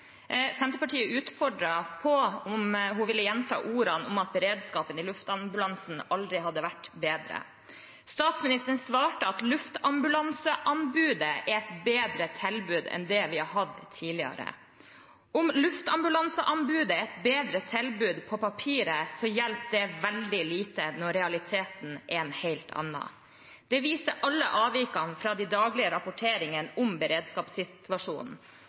Senterpartiet utfordret henne på om hun ville gjenta ordene om at beredskapen i luftambulansen aldri hadde vært bedre. Statsministeren svarte at luftambulanseanbudet er et bedre tilbud enn det vi har hatt tidligere. Om luftambulanseanbudet er et bedre tilbud på papiret, hjelper det veldig lite når realiteten er en helt annen. Det viser alle avvikene fra de daglige rapporteringene om beredskapssituasjonen.